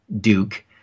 Duke